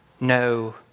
no